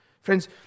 Friends